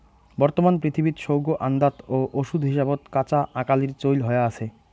বর্তমান পৃথিবীত সৌগ আন্দাত ও ওষুধ হিসাবত কাঁচা আকালির চইল হয়া আছে